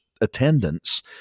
attendance